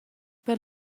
per